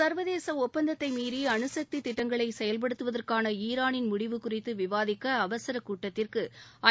சா்வதேச ஒப்பந்தத்தை மீறி அணுசக்தி திட்டங்களை செயல்படுத்துவதற்கான ஈரானின் முடிவு குறித்து விவாதிக்க அவசர கூட்டத்திற்கு ஐ